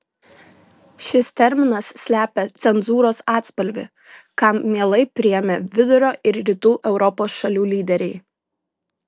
šis terminas slepia cenzūros atspalvį kam mielai priėmė vidurio ir rytų europos šalių lyderiai